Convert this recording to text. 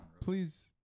Please